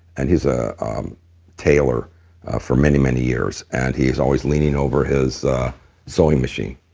and he's a tailor for many many years, and he's always leaning over his sewing machine.